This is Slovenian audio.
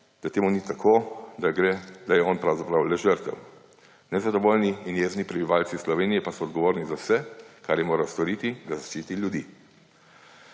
da temu ni tako, da je on pravzaprav le žrtev, nezadovoljni in jezni prebivalci pa Slovenije pa so odgovorni za vse, kar je moral storiti, da zaščiti ljudi.